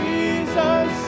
Jesus